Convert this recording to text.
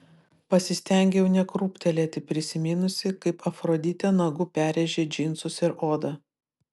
pasistengiau nekrūptelėti prisiminusi kaip afroditė nagu perrėžė džinsus ir odą